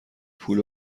پول